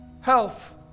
health